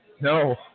no